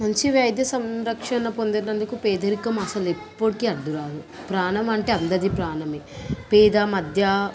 మంచి వైద్య సంరక్షణ పొందేటందుకు పేదరికం అసలెప్పుడికి అడ్డు రాదు ప్రాణం అంటే అందరిదీ ప్రాణమే పేద మధ్య